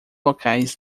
locais